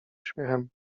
śmiechem